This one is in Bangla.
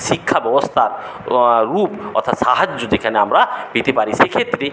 শিক্ষা ববস্থার রূপ অর্থাৎ সাহায্য যেখানে আমরা পেতে পারি সেক্ষেত্রে